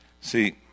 see